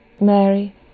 Mary